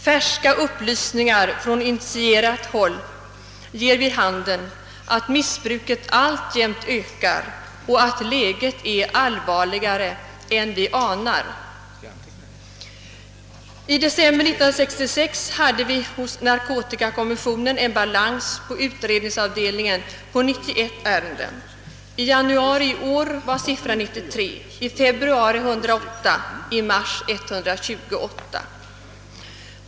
Färska upplysningar från initierat håll ger vid handen, att missbruket alltjämt ökar och att läget är allvarligare än vi anar. I december 1966 hade vi i narkotikakommissionen en balans på utredningsavdelningen på 91 ärenden. I januari i år var antalet 93, i februari 108 och i mars 128.